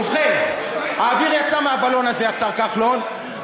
ובכן, האוויר יצא מהבלון הזה, השר כחלון.